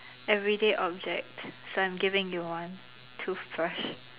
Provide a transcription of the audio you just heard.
everyday object so I'm giving you one toothbrush